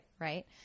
right